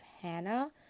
Hannah